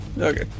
Okay